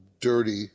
dirty